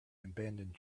abandoned